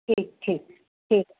ठीकु ठीकु ठीकु